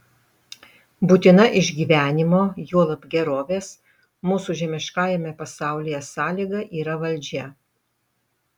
būtina išgyvenimo juolab gerovės mūsų žemiškajame pasaulyje sąlyga yra valdžia